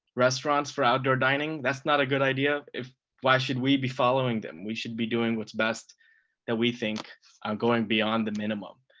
restaurants for outdoor dining, that's not a good idea. why should we be following them? we should be doing what's best that we think um going beyond the minimum.